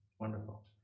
wonderful